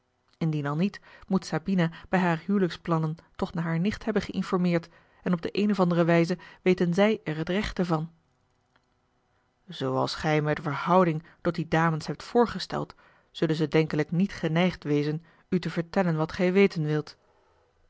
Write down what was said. indien al niet moet sabina bij hare hijliksplannen toch naar hare nicht hebben geinformeerd en op de een of andere wijze weten zij er het rechte van zooals gij mij de verhouding tot die dames hebt voorgesteld zullen ze denkelijk niet geneigd wezen u te vertellen wat gij weten wilt